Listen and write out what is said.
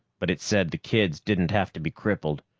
but it said the kids didn't have to be crippled.